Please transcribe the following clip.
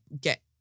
get